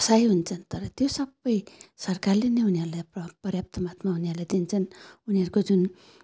असहाय हुन्छन् तर त्यो सबै सरकारले नै उनीहरूलाई प पर्याप्त मात्रमा उनीहरूलाई दिन्छन् उनीहरूको जुन